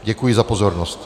Děkuji za pozornost.